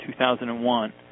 2001